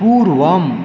पूर्वम्